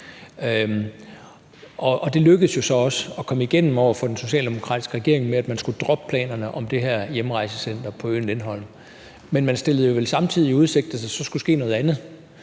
Det lykkedes jo så også at komme igennem over for den socialdemokratiske regering med, at man skulle droppe planerne om det her hjemrejsecenter på øen Lindholm. Men man stillede vel samtidig i udsigt, at der så skulle ske noget andet.